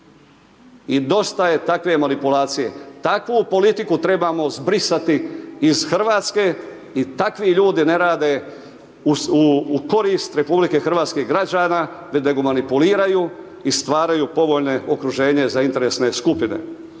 i dosta je takve manipulacije. Takvu politiku trebamo zbrisati iz RH i takvi ljudi ne rade u korist RH i građana, već da ga manipuliraju i stvaraju povoljne okruženje za interesne skupine.